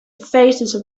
phases